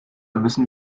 müssen